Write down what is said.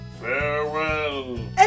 Farewell